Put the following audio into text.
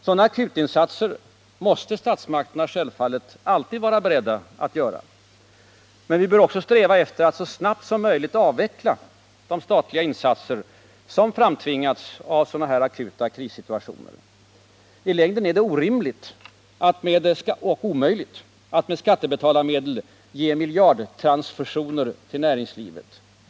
Sådana akutinsatser måste statsmakterna självfallet alltid vara beredda att göra. Men vi bör sträva efter att så snabbt som möjligt avveckla de statliga insatser som framtvingats av sådana här akuta krissituationer. I längden är det orimligt och omöjligt att med skattebetalarmedel ge miljardtransfusioner till näringslivet.